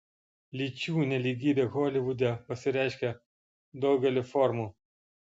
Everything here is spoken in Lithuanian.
lyčių nelygybė holivude pasireiškia daugeliu formų